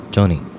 Johnny